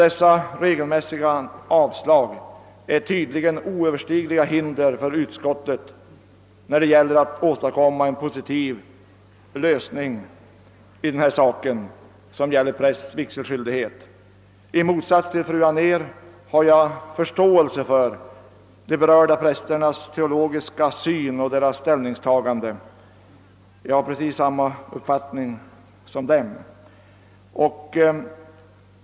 Dessa regelmässiga avslag är tydligen oöverstigliga hinder för utskottet när det gäller att åstadkomma en positiv lösning av frågan om prästs vigselskyldighet. I motsats till fru Anér har jag förståelse för de berörda prästernas teologiska syn och för deras ställningstagande; jag har precis samma uppfattning som de.